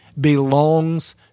belongs